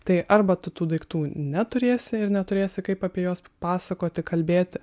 tai arba tu tų daiktų neturėsi ir neturėsi kaip apie juos pasakoti kalbėti